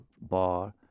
bar